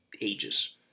ages